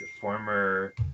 former